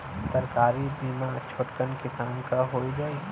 सरकारी बीमा छोटकन किसान क हो जाई?